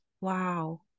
Wow